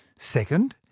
second,